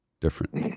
Different